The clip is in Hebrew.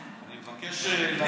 אני מבקש להגיב על זה.